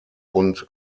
und